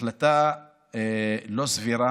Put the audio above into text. החלטה לא סבירה,